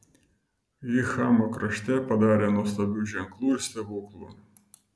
jie chamo krašte padarė nuostabių ženklų ir stebuklų